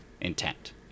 intent